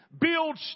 build